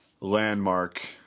landmark